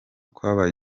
kwabaye